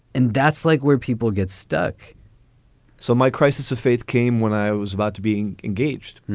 and that's like where people get stuck so my crisis of faith came when i was about to being engaged.